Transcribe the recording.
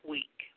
Week